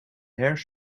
hare